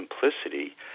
simplicity